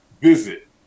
visit